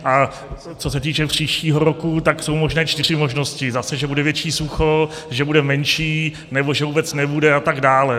A co se týče příštího roku, tak jsou možné čtyři možnosti: zase že bude větší sucho, že bude menší, nebo že vůbec nebude a tak dále.